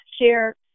share